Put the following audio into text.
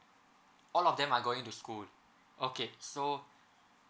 all of them are going to school okay so